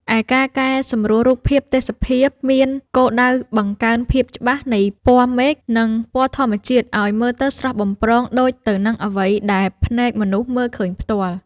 ឯការកែសម្រួលរូបភាពទេសភាពមានគោលដៅបង្កើនភាពច្បាស់នៃពណ៌មេឃ និងពណ៌ធម្មជាតិឱ្យមើលទៅស្រស់បំព្រងដូចទៅនឹងអ្វីដែលភ្នែកមនុស្សមើលឃើញផ្ទាល់។